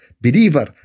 believer